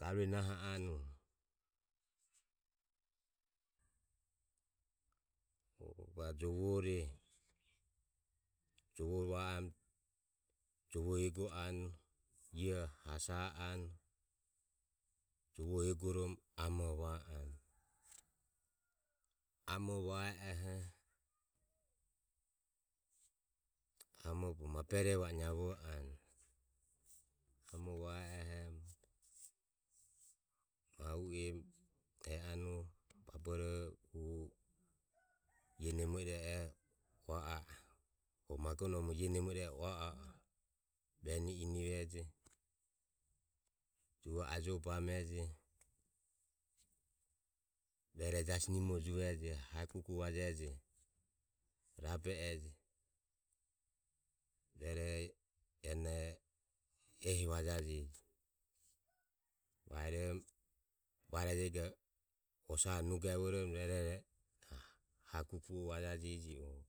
Garue naho anu va o jovore jove va am jove eguo anu ioho hasa anu jovoho eguorom amo va anu. Amo va e oho amo bogo ma burerioho va o niavo anu amo va e oho ma u emu e e anu vaboroho hu ie nemo i e e oho ua a e o magonaho ie nemo ire e oho ua a e vene inivejo juvae ajovo bamejo rueroho jasi nimoro juvejo hae kuku vajejo. Rabe ejo rueho iae na ehi vajajeje vaeromo barejego osare nugevoromo rueroho na ha kuku vajajeje.